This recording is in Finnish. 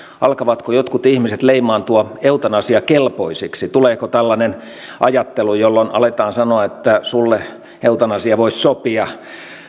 alkavatko jotkut ihmiset leimaantua eutanasiakelpoisiksi tuleeko tällainen ajattelu jolloin aletaan sanoa että sulle eutanasia voisi sopia